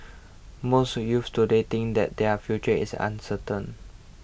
most youths today think that their future is uncertain